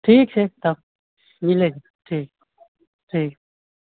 ठीक छै तब मिलै छी ठीक ठीक